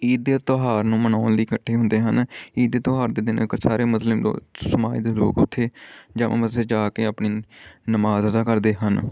ਈਦ ਦੇ ਤਿਉਹਾਰ ਨੂੰ ਮਨਾਉਣ ਲਈ ਇਕੱਠੇ ਹੁੰਦੇ ਹਨ ਈਦ ਦੇ ਤਿਉਹਾਰ ਦੇ ਦਿਨ ਅਗਰ ਸਾਰੇ ਮੁਸਲਿਮ ਲੋਕ ਸਮਾਜ ਦੇ ਲੋਕ ਉੱਥੇ ਜਾਂ ਉਹ ਮਸਜਿਦ ਜਾ ਕੇ ਆਪਣੀ ਨਮਾਜ਼ ਅਦਾ ਕਰਦੇ ਹਨ